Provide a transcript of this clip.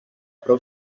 prou